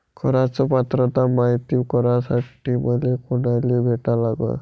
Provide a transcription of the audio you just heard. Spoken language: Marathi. कराच पात्रता मायती करासाठी मले कोनाले भेटा लागन?